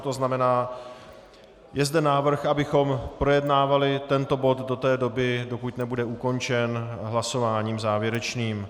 To znamená, je zde návrh, abychom projednávali tento bod do té doby, dokud nebude ukončen hlasováním závěrečným.